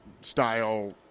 style